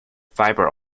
fibre